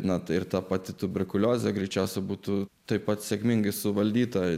na ir ta pati tuberkulioze greičiausiai būtų taip pat sėkmingai suvaldyta